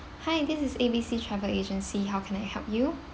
hi this is A B C travel agency how can I help you